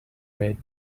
red